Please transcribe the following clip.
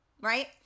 right